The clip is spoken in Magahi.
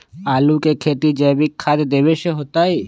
आलु के खेती जैविक खाध देवे से होतई?